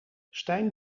stijn